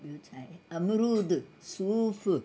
ॿियो छा आहे अमरुद सूफ़ु